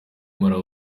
malawi